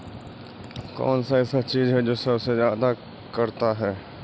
कौन सा ऐसा चीज है जो सबसे ज्यादा करता है?